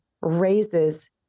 raises